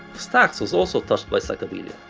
stax was also touched by psychedelia,